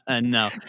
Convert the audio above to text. no